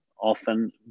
often